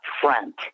front